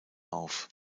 auf